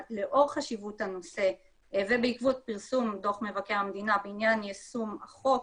אבל לאור חשיבות הנושא ובעקבות פרסום דוח מבקר המדינה בעניין יישום החוק